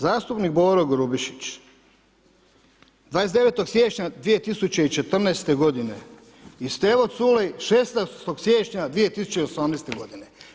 Zastupnik Boro Grubišić 29. siječnja 2014. godine i Stevo Culej 16. siječnja 2018. godine.